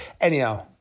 anyhow